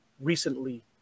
recently